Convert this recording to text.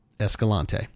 Escalante